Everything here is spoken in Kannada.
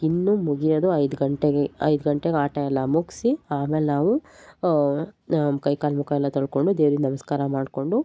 ಇನ್ನು ಮುಗಿಯೋದು ಐದು ಗಂಟೆಗೆ ಐದು ಗಂಟೆಗೆ ಆಟ ಎಲ್ಲ ಮುಗಿಸಿ ಆಮೇಲೆ ನಾವು ಕೈ ಕಾಲು ಮುಖ ಎಲ್ಲ ತೊಳಕೊಂಡು ದೇವ್ರಿಗೆ ನಮಸ್ಕಾರ ಮಾಡಿಕೊಂಡು